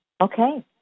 Okay